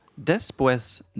Después